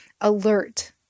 alert